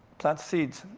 plant seeds.